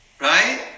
Right